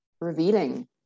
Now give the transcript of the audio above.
revealing